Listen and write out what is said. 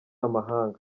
amahanga